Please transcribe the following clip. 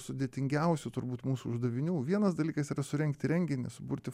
sudėtingiausių turbūt mūsų uždavinių vienas dalykas yra surengti renginį suburti